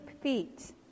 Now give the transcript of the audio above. feet